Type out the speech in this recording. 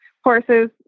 horses